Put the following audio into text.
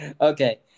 Okay